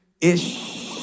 ish